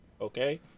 okay